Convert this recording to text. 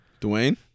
Dwayne